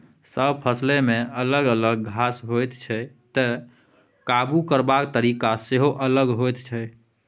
सब फसलमे अलग अलग घास होइ छै तैं काबु करबाक तरीका सेहो अलग होइ छै